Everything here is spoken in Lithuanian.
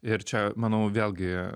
ir čia manau vėlgi